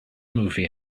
movie